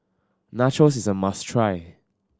nachos is a must try